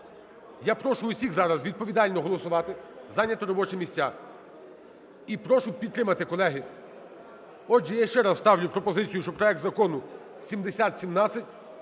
Я прошу всіх зараз відповідально голосувати, зайняти робочі місця і прошу підтримати, колеги. Отже, я ще раз ставлю пропозицію, щоб проект Закону 7017